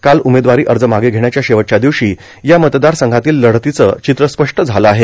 काल उमेदवारी अर्ज मागं घेण्याच्या शेवटच्या दिवशी या मतदारसंघातील लढतीचं चित्र स्पष्ट झालं आहे